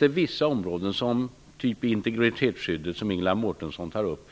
Vissa frågor diskuteras, typ integritetsskyddet, som Ingela Mårtensson tar upp,